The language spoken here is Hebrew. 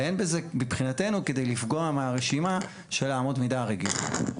ואין בזה מבחינתנו בכדי לפגוע מהרשימה של אמות המידה הרגילות.